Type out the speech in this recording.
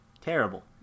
Terrible